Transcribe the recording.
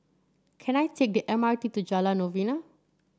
can I take the M R T to Jalan Novena